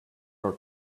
her